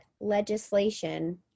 Legislation